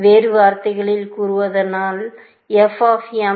வேறு வார்த்தைகளில் கூறுவதானால் f of m is equal to f of n